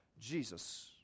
Jesus